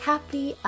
happy